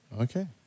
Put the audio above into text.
Okay